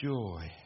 joy